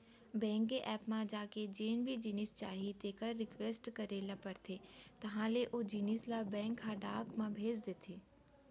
bank के app म जाके जेन भी जिनिस चाही तेकर रिक्वेस्ट करे ल परथे तहॉं ले ओ जिनिस ल बेंक ह डाक म भेज देथे